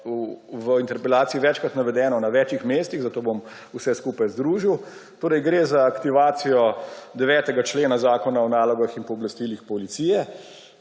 v interpelaciji večkrat navedeno na več mestih, zato bom vse skupaj združil. Gre za aktivacijo 9. člena Zakona o nalogah in pooblastilih policije.